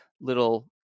little